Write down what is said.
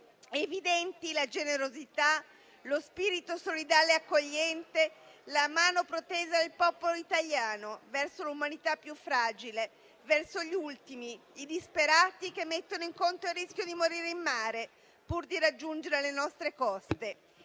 Evidenti la generosità, lo spirito solidale e accogliente, la mano protesa del popolo italiano verso l'umanità più fragile, verso gli ultimi, i disperati che mettono in conto il rischio di morire in mare pur di raggiungere le nostre coste.